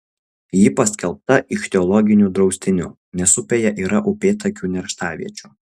ji paskelbta ichtiologiniu draustiniu nes upėje yra upėtakių nerštaviečių